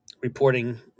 reporting